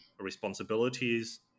responsibilities